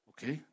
Okay